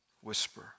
whisper